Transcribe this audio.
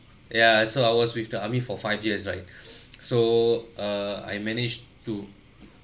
ya so ours with the army for five years right so err I managed to